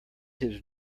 his